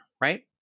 right